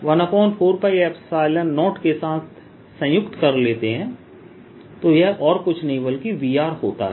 dV को जब 14π0 के साथ संयुक्त कर लेते हैं तो यह और कुछ नहीं बल्कि V होता है